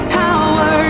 power